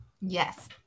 Yes